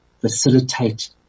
facilitate